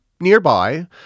nearby